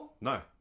No